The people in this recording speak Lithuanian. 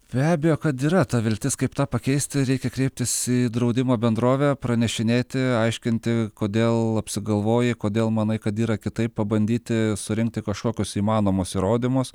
be abejo kad yra ta viltis kaip tą pakeisti reikia kreiptis į draudimo bendrovę pranešinėti aiškinti kodėl apsigalvojai kodėl manai kad yra kitaip pabandyti surinkti kažkokius įmanomus įrodymus